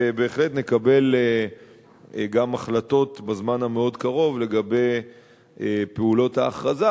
ובהחלט נקבל גם החלטות בזמן המאוד קרוב לגבי פעולות ההכרזה.